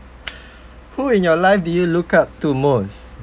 who in your life do you look up to most